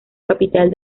capital